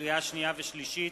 לקריאה שנייה ולקריאה שלישית: